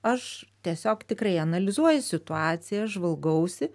aš tiesiog tikrai analizuoju situaciją žvalgausi